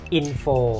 info